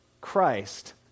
Christ